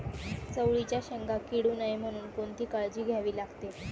चवळीच्या शेंगा किडू नये म्हणून कोणती काळजी घ्यावी लागते?